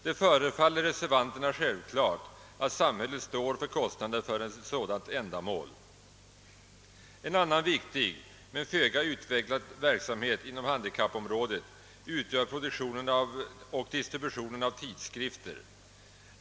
Reservanterna anser det självklart att samhället skall stå för kostnaderna för ett sådant ändamål. En annan viktig men föga utvecklad verksamhet inom handikappområdet utgör produktionen och distributionen av tidskrifter.